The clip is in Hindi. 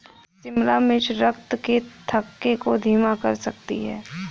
शिमला मिर्च रक्त के थक्के को धीमा कर सकती है